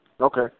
Okay